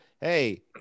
Hey